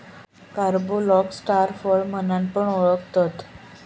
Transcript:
कॅरम्बोलाक स्टार फळ म्हणान पण ओळखतत